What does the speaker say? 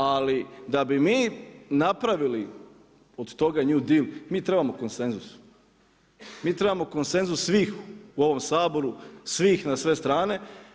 Ali, da bi mi napravili od toga new dell mi trebamo konsenzus, mi trebamo konsenzus u ovom Saboru, svih na sve strane.